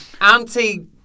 Auntie